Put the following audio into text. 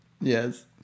Yes